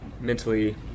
mentally